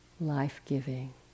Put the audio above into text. life-giving